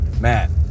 Man